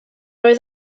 oedd